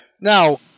Now